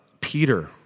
Peter